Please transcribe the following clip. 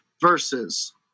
versus